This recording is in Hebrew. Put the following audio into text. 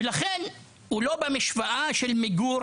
לכן הוא לא נמצא במשוואה של מיגור